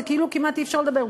זה כאילו כמעט אי-אפשר לדבר,